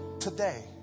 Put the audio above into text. today